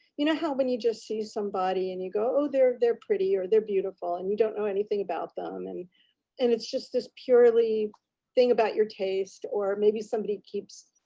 you know how when you just see somebody and you go, oh, they're they're pretty, or they're beautiful and you don't know anything about them. and and it's just this purely thing about your taste. or maybe somebody keeps,